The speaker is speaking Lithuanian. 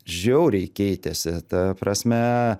žiauriai keitėsi ta prasme